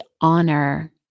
honor